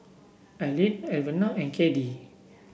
Arlene Alvena and Caddie